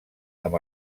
amb